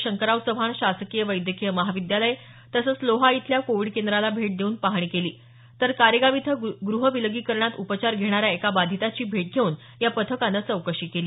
शंकरराव चव्हाण शासकीय वैद्यकीय महाविद्यालय तसंच लोहा इथल्या कोविड केंद्राला भेट देऊन पाहणी केली तर कारेगाव इथं ग्रहविलगीकरणात उपचार घेणाऱ्या एका बाधिताची भेट घेवून चौकशी केली